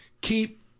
Keep